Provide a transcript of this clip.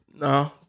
No